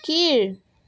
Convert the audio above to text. கீழ்